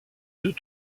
deux